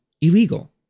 illegal